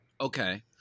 Okay